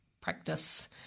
practice